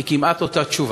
זו כמעט אותה תשובה.